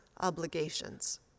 obligations